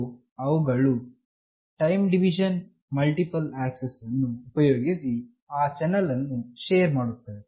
so ಅವುಗಳು time division multiple access ಅನ್ನು ಉಪಯೋಗಿಸಿ ಆ ಚಾನೆಲ್ಅನ್ನು ಶೇರ್ ಮಾಡುತ್ತವೆ